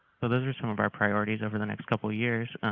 so, those are some of our priorities over the next couple of years,